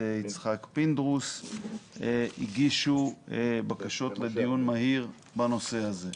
יצחק פינדרוס הגישו בקשות לדיון מהיר בנושא הזה.